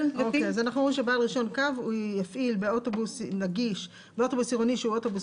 אז אנחנו אומרים שבעל רישיון קו יפעיל באוטובוס עירוני שהוא אוטובוס